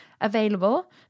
available